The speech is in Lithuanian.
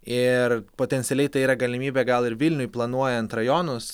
ir potencialiai tai yra galimybė gal ir vilniuj planuojant rajonus